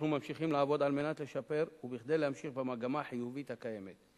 אנחנו ממשיכים לעבוד על מנת לשפר וכדי להמשיך במגמה החיובית הקיימת.